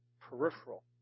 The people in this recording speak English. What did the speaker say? peripheral